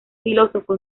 filósofo